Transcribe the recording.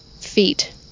feet